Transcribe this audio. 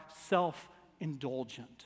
self-indulgent